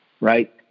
right